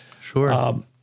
Sure